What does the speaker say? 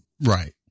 Right